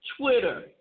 Twitter